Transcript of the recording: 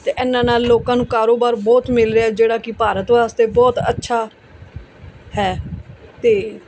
ਅਤੇ ਇਹਨਾਂ ਨਾਲ ਲੋਕਾਂ ਨੂੰ ਕਾਰੋਬਾਰ ਬਹੁਤ ਮਿਲ ਰਿਹਾ ਜਿਹੜਾ ਕਿ ਭਾਰਤ ਵਾਸਤੇ ਬਹੁਤ ਅੱਛਾ ਹੈ ਅਤੇ